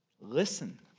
Listen